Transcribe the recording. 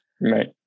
Right